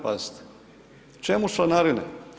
Pazite, čemu članarine?